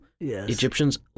Egyptians